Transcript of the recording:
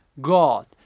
God